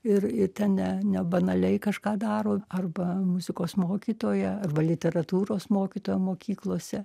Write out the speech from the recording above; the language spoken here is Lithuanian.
ir ir ten ne nebanaliai kažką daro arba muzikos mokytoja arba literatūros mokytoja mokyklose